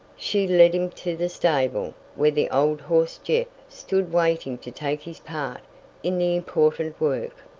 she led him to the stable, where the old horse jeff stood waiting to take his part in the important work.